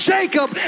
Jacob